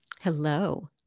Hello